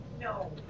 No